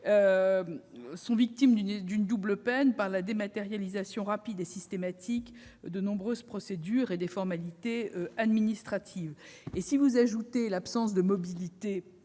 sont victimes d'une double peine résultant de la dématérialisation rapide et systématique de nombreuses procédures et des formalités administratives ainsi que de l'absence de mobilité